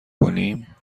کنیم